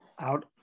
out